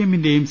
എമ്മിന്റെയും C